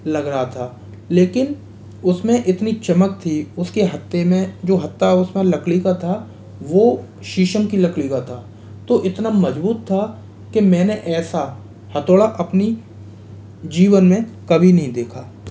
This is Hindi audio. लग रहा था लेकिन उसमें इतनी चमक थी उसके हत्थे में जो हत्था उसमें लकड़ी का था वो शीशम कि लकड़ी का था तो इतना मजबूत था कि मैंने ऐसा हथौड़ा अपनी जीवन में कभी नहीं देखा